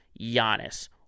Giannis